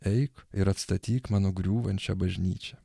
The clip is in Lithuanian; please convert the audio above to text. eik ir atstatyk mano griūvančią bažnyčią